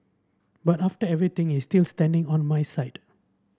but after everything he is still standing on my side